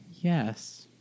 Yes